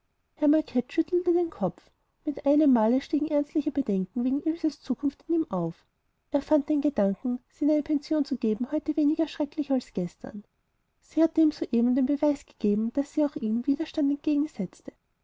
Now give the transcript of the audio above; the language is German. schüttelte den kopf mit einem male stiegen ernstliche bedenken wegen ilses zukunft in ihm auf er fand den gedanken sie in eine pension zu geben heute weniger schrecklich als gestern sie hatte ihm soeben den beweis gegeben daß sie auch ihm widerstand